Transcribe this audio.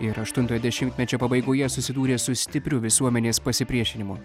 ir aštuntojo dešimtmečio pabaigoje susidūrė su stipriu visuomenės pasipriešinimu